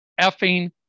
effing